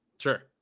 Sure